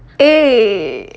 eh